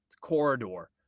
corridor